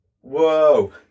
Whoa